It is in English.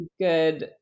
Good